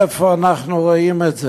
איפה אנחנו רואים את זה?